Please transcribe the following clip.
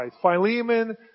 Philemon